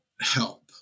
help